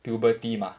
puberty mah